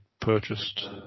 purchased